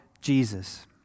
Jesus